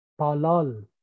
Palal